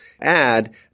add